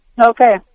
Okay